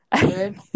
Good